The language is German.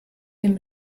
dem